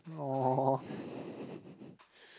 !aww!